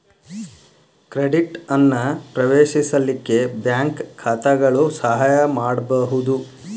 credit ಅನ್ನ ಪ್ರವೇಶಿಸಲಿಕ್ಕೆ bank ಖಾತಾಗಳು ಸಹಾಯ ಮಾಡ್ಬಹುದು